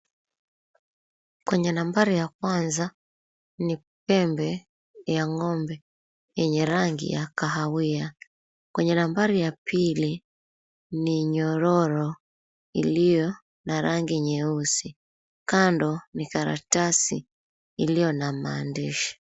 Kwenye nambari ya kwanza ni pembe ya ng'ombe yenye rangi ya kahawia. Kwa nambari ya pili ni nyororo iliyo na rangi nyeusi. Kando ni karatasi iliyo na maandishi.